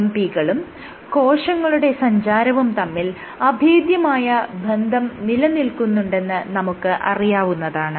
MMP കളും കോശങ്ങളുടെ സഞ്ചാരവും തമ്മിൽ അഭേദ്യമായ ബന്ധം നിലനിൽക്കുന്നുണ്ടെന്ന് നമുക്ക് അറിയാവുന്നതാണ്